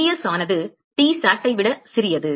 இப்போது Ts ஆனது Tsat ஐ விட சிறியது